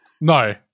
No